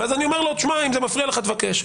ואז אני אומר לו: אם זה מפריע לך, תבקש.